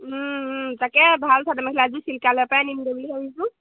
তাকে ভাল চাদৰ মেখেলা এযোৰ চিল্কালয় পৰাই আনিম বুলি ভাবিছোঁ